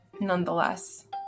nonetheless